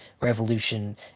revolution